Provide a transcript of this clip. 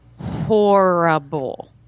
horrible